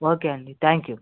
okay అండి thank you